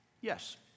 Yes